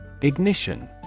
Ignition